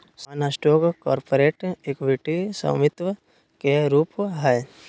सामान्य stock corporate equity स्वामित्व के एक रूप हय